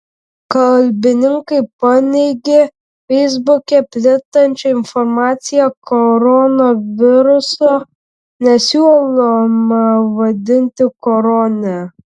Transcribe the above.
kalbininkai paneigė feisbuke plintančią informaciją koronaviruso nesiūloma vadinti korone